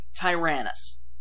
Tyrannus